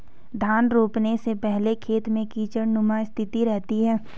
धान रोपने के पहले खेत में कीचड़नुमा स्थिति रहती है